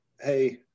hey